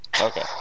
Okay